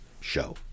show